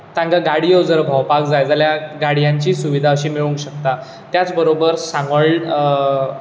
तांकां गाडयो जर भोंवपाक जाल्यार गाडयांची सुविधा अशी मेळूंक शकता त्याच बरोबर सांगोळडा